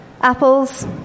apples